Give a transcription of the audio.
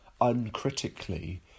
uncritically